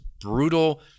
brutal